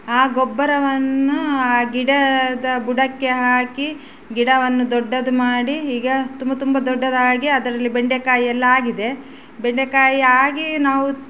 ಆ ಗೊಬ್ಬರವನ್ನು ಆ ಗಿಡದ ಬುಡಕ್ಕೆ ಹಾಕಿ ಗಿಡವನ್ನು ದೊಡ್ಡದು ಮಾಡಿ ಈಗ ತುಂಬ ತುಂಬ ದೊಡ್ಡದಾಗಿ ಅದರಲ್ಲಿ ಬೆಂಡೆಕಾಯಿಯೆಲ್ಲ ಆಗಿದೆ ಬೆಂಡೆಕಾಯಿ ಆಗಿ ನಾವು